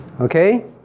okay